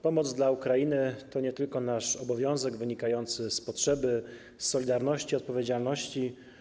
Pomoc dla Ukrainy to nie tylko nasz obowiązek - wynika ona z potrzeby, z solidarności, z odpowiedzialności.